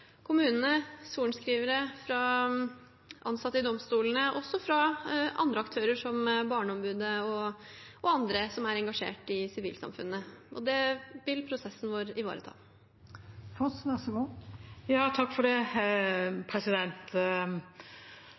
kommunene, fra sorenskrivere, fra ansatte i domstolene og også fra andre aktører, som Barneombudet og andre som er engasjert i sivilsamfunnet, og det vil prosessen vår ivareta.